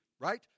right